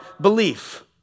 belief